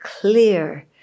clear